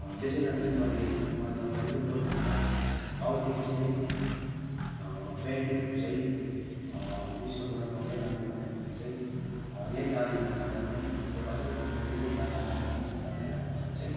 त्यसै कारण चाहिँ मलाई यो मन नपरेको बरू भन्दा अबदेखि चाहिँ पेन्टहरू चाहिँ मिसोबाट मगाइरहनु भन्दाखेरि चाहिँ यहीँ दार्जिलिङ बजारमै बरू अलिकति महँगै दाम हालेर किन्नु फाइदा लाग्यो मलाई चाहिँ